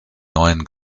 neuen